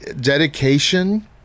dedication